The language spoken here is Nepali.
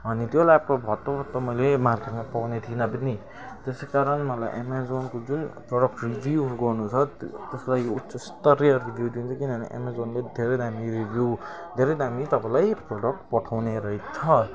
अनि त्यो ल्यापटप हत्तपत्त मैले मार्केटमा पाउने थिइन पनि त्यसै कारण मलाई एमाजोनको जुन प्रोडक्ट रिभ्यू गर्नु छ त्यसको लागि उच्च स्तरीय रिभ्यू दिन्छु किनभने एमाजोनले धेरै दामी रिभ्यू धेरै दामी तपाईँलाई प्रोडक्ट पठाउने रैछ